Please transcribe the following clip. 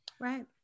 Right